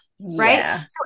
right